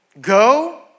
go